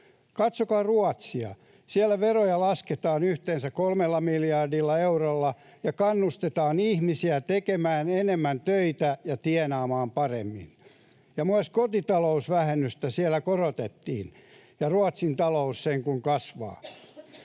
Katsokaa Ruotsia. Siellä veroja lasketaan yhteensä kolmella miljardilla eurolla ja kannustetaan ihmisiä tekemään enemmän töitä ja tienaamaan paremmin, ja myös kotitalousvähennystä siellä korotettiin. Ja Ruotsin talous sen kuin kasvaa.